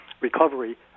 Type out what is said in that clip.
recovery